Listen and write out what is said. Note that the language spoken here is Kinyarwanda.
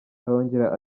arongera